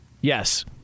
Yes